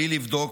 בלי לבדוק,